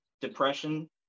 depression